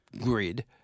grid